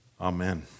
amen